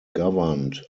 governed